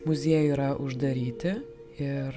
muziejų yra uždaryti ir